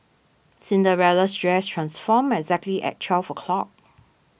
Cinderella's dress transformed exactly at twelve o'clock